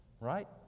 Right